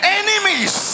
enemies